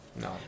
no